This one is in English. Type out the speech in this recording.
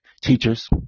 teachers